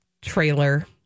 trailer